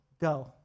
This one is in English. Go